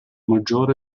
maggiore